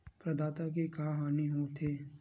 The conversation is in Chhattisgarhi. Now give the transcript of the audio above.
प्रदाता के का हानि हो थे?